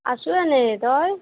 আছোঁ এনেই তই